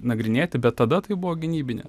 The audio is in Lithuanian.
nagrinėti bet tada tai buvo gynybinė